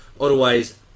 otherwise